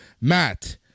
Matt